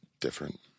different